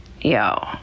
Yo